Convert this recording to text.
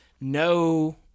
no